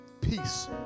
Peace